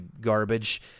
garbage